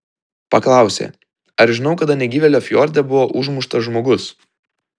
paklausė ar žinau kada negyvėlio fjorde buvo užmuštas žmogus